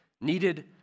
needed